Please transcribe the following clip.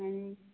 आनी